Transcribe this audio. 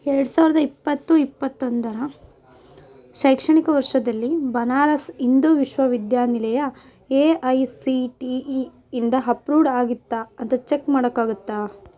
ಎರ್ಡು ಸಾವಿರ್ದ ಇಪ್ಪತ್ತು ಇಪ್ಪತ್ತೊಂದರ ಶೈಕ್ಷಣಿಕ ವರ್ಷದಲ್ಲಿ ಬನಾರಸ್ ಇಂದು ವಿಶ್ವವಿದ್ಯಾನಿಲಯ A I C T E ಇಂದ ಹಪ್ರೂವ್ಡ್ ಆಗಿತ್ತಾ ಅಂತ ಚೆಕ್ ಮಾಡೋಕ್ಕಾಗುತ್ತಾ